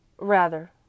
Rather